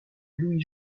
louis